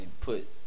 put